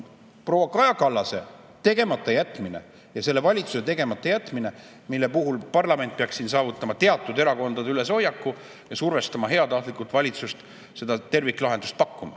proua Kaja Kallase tegematajätmine ja selle valitsuse tegematajätmine, mille puhul parlament peaks saavutama teatud erakondadeülese hoiaku ja survestama heatahtlikult valitsust seda terviklahendust pakkuma.